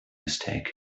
mistake